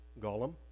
Gollum